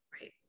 Right